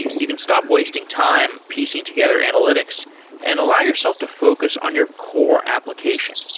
you can stop wasting time piecing together analytics and allow yourself to focus on your core application.